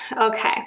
Okay